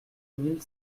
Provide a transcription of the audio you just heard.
mille